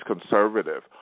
conservative